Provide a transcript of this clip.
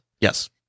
Yes